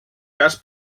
cas